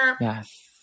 yes